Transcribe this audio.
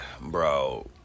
bro